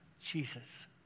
Jesus